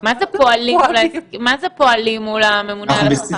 מה זה פועלים מול הממונה על השכר?